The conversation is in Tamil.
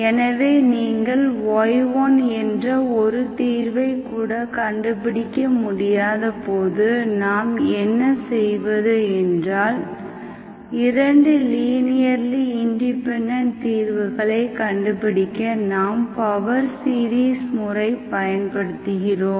எனவே நீங்கள் y1என்ற ஒரு தீர்வைக் கூட கண்டுபிடிக்க முடியாதபோது நாம் என்ன செய்வது என்றால் இரண்டு லீனியர்லி இண்டிபெண்டெண்ட் தீர்வுகளைக் கண்டுபிடிக்க நாம் பவர் சீரிஸ் முறை பயன்படுத்துகிறோம்